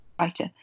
writer